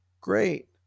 Great